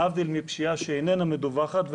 להבדיל מפשיעה שאיננה מדווחת,